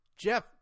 Jeff